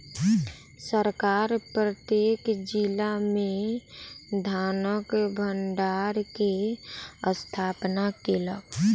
सरकार प्रत्येक जिला में धानक भण्डार के स्थापना केलक